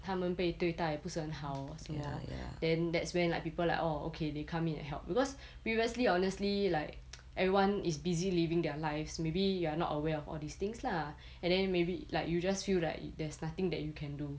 他们被对待不是很好设么 then that's where like people oh okay they come in and help because previously honestly like everyone is busy living their lives maybe you are not aware of all these things lah and then maybe like you just feel like there's nothing that you can do